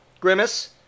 Grimace